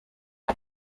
iri